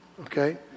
Okay